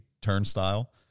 turnstile